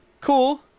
cool